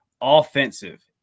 Offensive